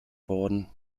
worden